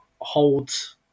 holds